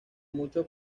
mucho